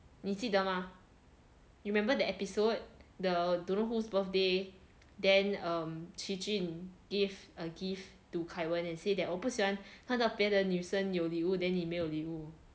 你记得吗 you remember that episode the don't know whose birthday then qi jun gave a gift to kai wen and say 我不喜欢看到别的女生有礼物 then 你没有礼物